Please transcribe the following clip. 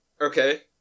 Okay